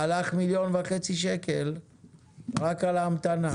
הלך מיליון וחצי שקל רק על ההמתנה.